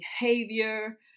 behavior